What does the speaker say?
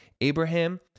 Abraham